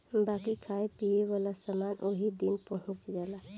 बाकी खाए पिए वाला समान ओही दिन पहुच जाला